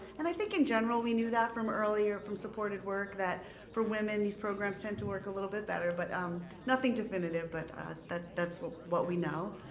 and i think in general we knew that from earlier from supported work that for women these programs tend to work a little bit better, but um nothing definitive, but that's what what we know.